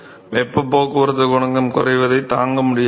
வெப்பப் போக்குவரத்துக் குணகம் குறைவதைத் தாங்க முடியவில்லை